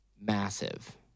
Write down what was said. massive